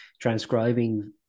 transcribing